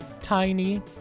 Tiny